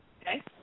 Okay